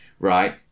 Right